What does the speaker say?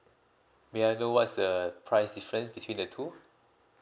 may I know what's the price difference between the two